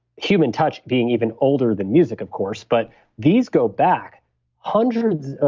human touch being even older than music, of course, but these go back hundreds.